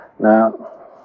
Now